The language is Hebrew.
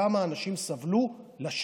כמה אנשים סבלו לשווא.